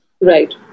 Right